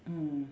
mm